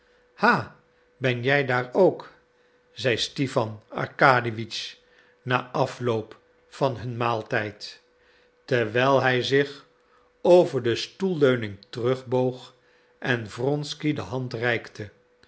ha ben jij daar ook zei stipan arkadiewitsch na afloop van hun maaltijd terwijl hij zich over de stoelleuning terugboog en wronsky de hand reikte